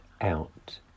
out